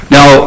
Now